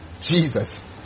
Jesus